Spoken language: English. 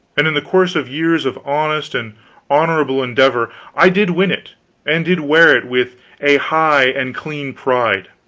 and in the course of years of honest and honorable endeavor, i did win it and did wear it with a high and clean pride.